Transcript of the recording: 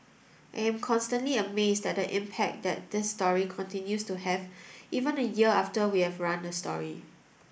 I am constantly amazed at the impact that this story continues to have even a year after we have run the story